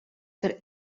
der